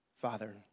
Father